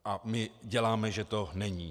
A my děláme, že to není.